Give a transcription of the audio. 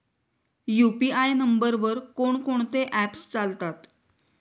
UPI नंबरवर कोण कोणते ऍप्स चालतात?